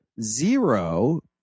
zero